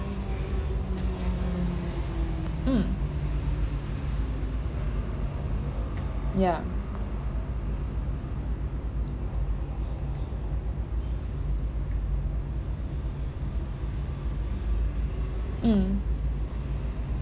mm ya mm